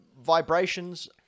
vibrations